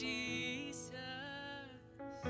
Jesus